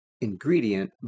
ingredient